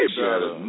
better